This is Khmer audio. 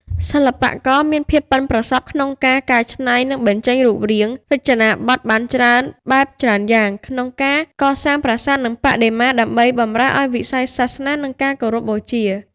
សិល្បករមានភាពប៉ិនប្រសប់ក្នុងការ កែច្នៃ និងបញ្ចេញរូបរាង រចនាបថបានច្រើនបែបច្រើនយ៉ាង ក្នុងការកសាងប្រាសាទ និងបដិមា ដើម្បីបម្រើឱ្យវិស័យសាសនា និងការគោរពបូជា។